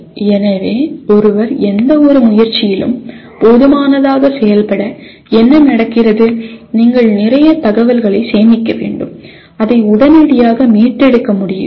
எனவே ஒருவர் எந்தவொரு முயற்சியிலும் போதுமானதாக செயல்பட என்ன நடக்கிறது நீங்கள் நிறைய தகவல்களை சேமிக்க வேண்டும் அதை உடனடியாக மீட்டெடுக்க முடிய வேண்டும்